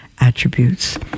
attributes